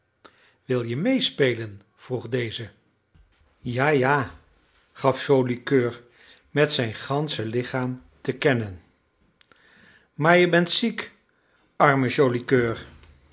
drukte wil-je meespelen vroeg deze ja ja gaf joli coeur met zijn gansche lichaam te kennen maar je bent ziek arme